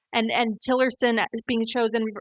and and tillerson being chosen,